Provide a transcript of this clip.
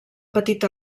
petita